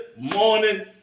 morning